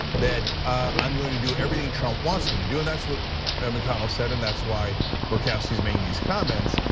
that i'm going to do everything trump wants me to do. and that's what mcconnell said, and that's why murkowski's making these comments.